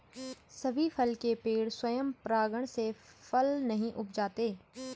सभी फल के पेड़ स्वयं परागण से फल नहीं उपजाते